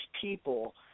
people